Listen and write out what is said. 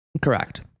Correct